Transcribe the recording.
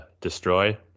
destroy